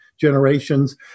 generations